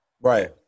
Right